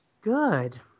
good